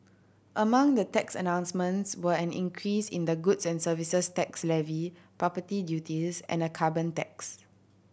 among the tax announcements were an increase in the goods and Services Tax levy property duties and a carbon tax